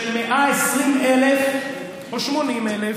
של 120,000 או 80,000,